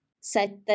Sette